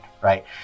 right